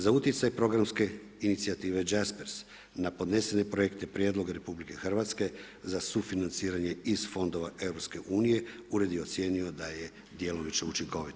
Za utjecaj programske inicijative ... na podnesene projekte prijedloga RH za sufinanciranje iz fondova EU Ured je ocijenio da je djelomično učinkovit.